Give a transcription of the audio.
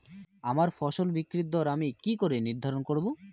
আমার ফসল বিক্রির দর আমি কি করে নির্ধারন করব?